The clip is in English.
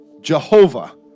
Jehovah